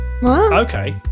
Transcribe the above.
Okay